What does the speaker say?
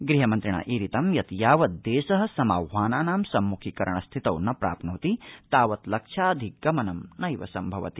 गृहमन्त्रिणा ईरितं यत यावद् देश समाद्वानानां सम्मुखीकरण स्थितौ न प्राप्नेति तावत् लक्ष्याधिगमनं नैव सम्भवति